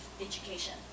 education